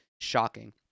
shocking